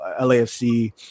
LAFC